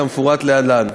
כמפורט להלן: